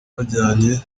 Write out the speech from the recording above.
bajyanye